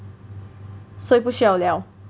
so 不需要了